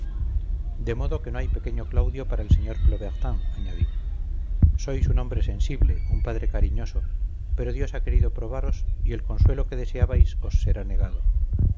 de modo que no hay pequeño claudio para el sr plobertin añadí sois un hombre sensible un padre cariñoso pero dios ha querido probaros y el consuelo que deseabais os será negado